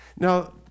Now